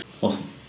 Awesome